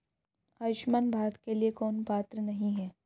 आयुष्मान भारत के लिए कौन पात्र नहीं है?